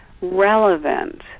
relevant